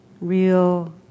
real